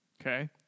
Okay